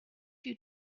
you